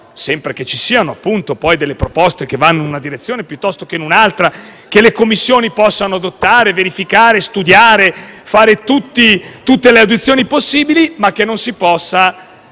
sempre che ci siano poi delle proposte che vanno in una direzione piuttosto che in un'altra. Riteniamo che le Commissioni debbano poter adottare, verificare, studiare e fare tutte le audizioni possibili, ma che non si possa